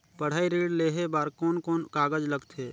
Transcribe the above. पढ़ाई ऋण लेहे बार कोन कोन कागज लगथे?